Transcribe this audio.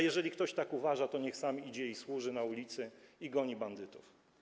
Jeżeli ktoś tak uważa, to niech sam idzie, służy na ulicy i goni bandytów.